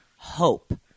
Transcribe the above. hope